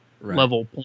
level